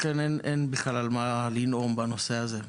לכן, אין בכלל על מה לנאום בנושא הזה.